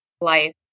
life